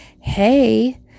hey